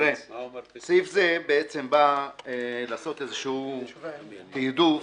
סעיף זה בא לעשות תעדוף